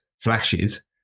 flashes